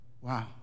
Wow